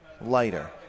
Lighter